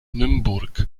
nymburk